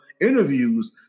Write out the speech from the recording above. interviews